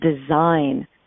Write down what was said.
design